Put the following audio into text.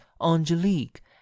angelique